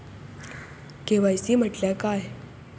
KYC म्हटल्या काय?